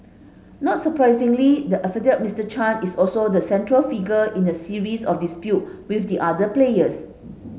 not surprisingly the affable Mister Chan is also the central figure in a series of dispute with the other players